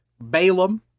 Balaam